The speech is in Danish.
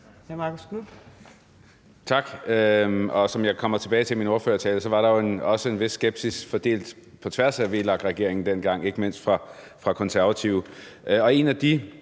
Tak. Og som jeg kommer tilbage til i min ordførertale, var der jo også en vis skepsis på tværs af VLAK-regeringen dengang, ikke mindst fra Konservative